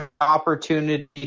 opportunity